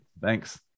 Thanks